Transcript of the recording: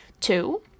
Two